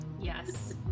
Yes